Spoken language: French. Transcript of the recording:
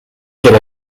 quel